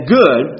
good